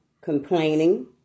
complaining